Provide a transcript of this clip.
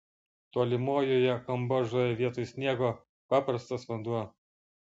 tolimojoje kambodžoje vietoj sniego paprastas vanduo